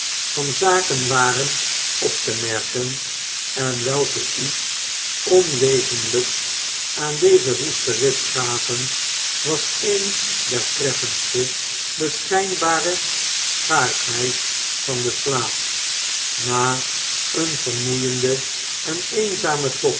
van zaken waren op te merken en welke iets onwezenlgks aan dezen woesten rit gaven was een der treffendste de schijnbare schaarschheid van den slaap na een vermoeienden en eenzamen